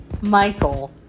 Michael